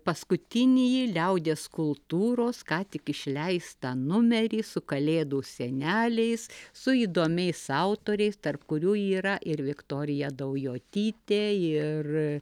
paskutinįjį liaudies kultūros ką tik išleistą numerį su kalėdų seneliais su įdomiais autoriais tarp kurių yra ir viktorija daujotytė ir